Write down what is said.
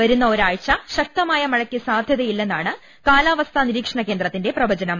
വരുന്ന ഒരാഴ്ച ശക്തമായ മഴയ്ക്ക് സാധ്യ ത യി ല്ലെ ന്നാണ് കാലാ വസ്ഥാ നിരീക്ഷണ കേന്ദ്രത്തിന്റെ പ്രവചനം